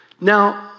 Now